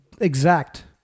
exact